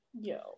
yo